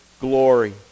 glory